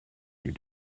you